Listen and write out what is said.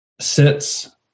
sits